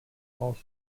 also